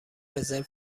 رزرو